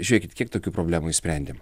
žiūrėkit kiek tokių problemų išsprendėm